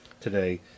today